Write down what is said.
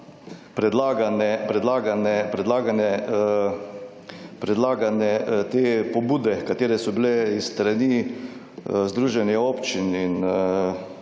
predlagane te pobude, katere so bile iz strani Združenja občin in